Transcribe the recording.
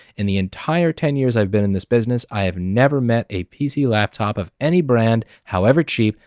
in the entire ten years i've been in this business, i have never met a pc laptop of any brand, however cheap,